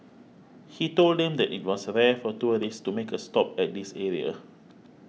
he told them that it was rare for tourists to make a stop at this area